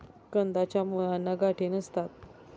कंदाच्या मुळांना गाठी नसतात